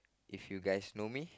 if you guys know me